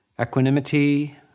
Equanimity